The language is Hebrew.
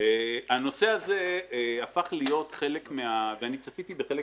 אני צפיתי בחלק